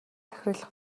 захирал